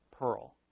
pearl